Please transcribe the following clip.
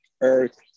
earth